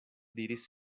diris